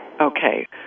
Okay